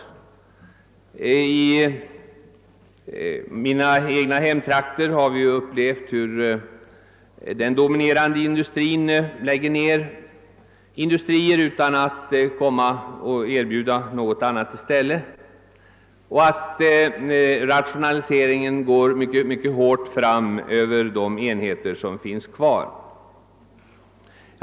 I mina egna hemtrakter har vi upplevt hur den dominerande industrin lägger ner industrier utan att erbjuda något annat i stället, och rationaliseringen går hårt fram över de enheter som finns kvar.